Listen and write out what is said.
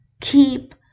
keep